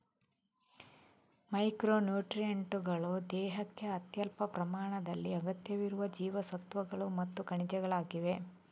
micro ನ್ಯೂಟ್ರಿಯೆಂಟುಗಳು ದೇಹಕ್ಕೆ ಅತ್ಯಲ್ಪ ಪ್ರಮಾಣದಲ್ಲಿ ಅಗತ್ಯವಿರುವ ಜೀವಸತ್ವಗಳು ಮತ್ತು ಖನಿಜಗಳಾಗಿವೆ